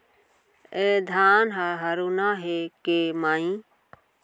ए धान ह हरूना हे के माई?